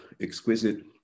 exquisite